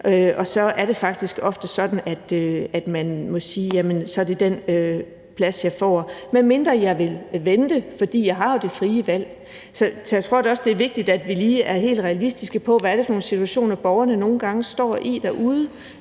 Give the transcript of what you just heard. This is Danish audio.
og så er det faktisk ofte sådan, at man må sige: Så er det den plads, jeg får, medmindre jeg vil vente, for jeg har jo det frie valg. Så jeg tror da også, det er vigtigt, at vi lige er helt realistiske, i forhold til hvad er det for nogle situationer, borgerne nogle gange står i derude,